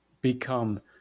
become